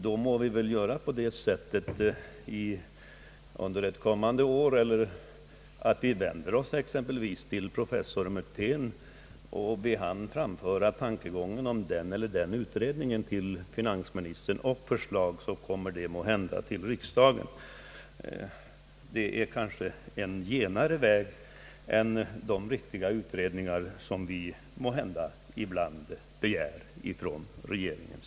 Efter den förklaringen får vi väl under kommande år vända oss exempelvis till professor Mutén och be honom framföra sin mening om den eller den utredningen till finansministern. Då kommer det måhända ett förslag till riksdagen. Det är kanske en genare väg än de utredningar som vi ibland begär av regeringen.